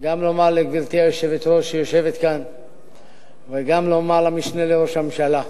גם לומר לגברתי היושבת-ראש שיושבת כאן וגם לומר למשנה לראש הממשלה,